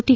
T